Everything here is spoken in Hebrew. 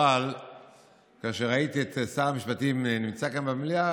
אבל כאשר ראיתי את שר המשפטים נמצא כאן במליאה,